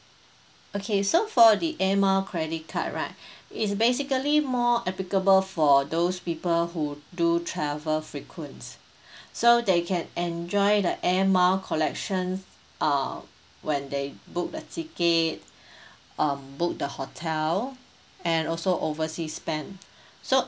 okay so for the air mile credit card right it's basically more applicable for those people who do travel frequents so they can enjoy the air mile collection uh when they book the tickets um book the hotel and also oversea spend so